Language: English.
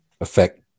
affect